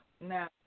Now